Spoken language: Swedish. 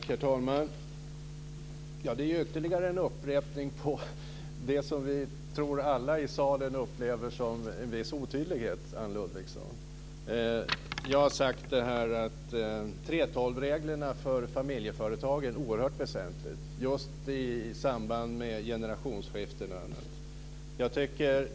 Herr talman! Det var ytterligare en upprepning av det som jag tror att vi alla i salen upplever som en viss otydlighet, Anne Ludvigsson. Jag har sagt att 3:12-reglerna för familjeföretagen är oerhört väsentliga just i samband med generationsskiften och annat.